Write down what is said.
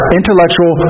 intellectual